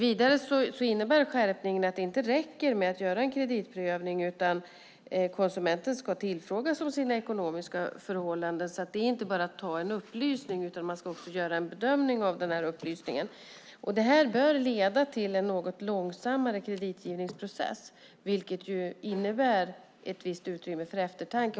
Vidare innebär skärpningen att det inte räcker med att göra en kreditprövning utan konsumenten ska tillfrågas om sina ekonomiska förhållanden. Det är alltså inte bara att ta en upplysning utan man ska också göra en bedömning av denna upplysning. Detta bör leda till en något långsammare kreditgivningsprocess, vilket innebär ett visst utrymme för eftertanke.